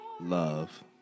love